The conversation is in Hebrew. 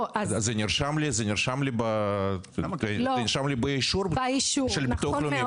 זה נרשם לי באישור של הביטוח הלאומי,